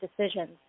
decisions